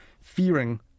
fearing